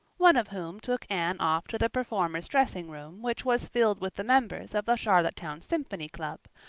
one of whom took anne off to the performers' dressing room which was filled with the members of a charlottetown symphony club,